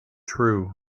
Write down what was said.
true